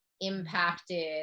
impacted